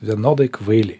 vienodai kvaili